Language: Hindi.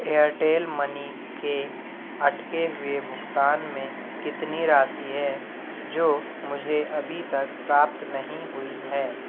एयरटेल मनी के अटके हुए भुगतान में कितनी राशि है जो मुझे अभी तक प्राप्त नहीं हुई है